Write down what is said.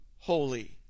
Holy